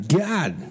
god